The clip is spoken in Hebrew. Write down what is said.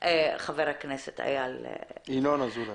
חבר הכנסת ינון אזולאי.